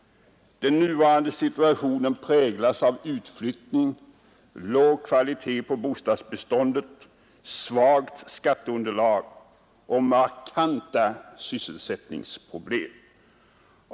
Den nuvarande situationen präglas av utflyttning, låg kvalitet på bostadsbeståndet, svagt skatteunderlag och markanta sysselsättningsproblem.